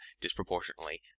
disproportionately